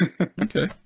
okay